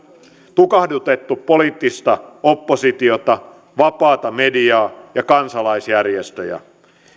tukahdutettu poliittista oppositiota vapaata mediaa ja kansalaisjärjestöjä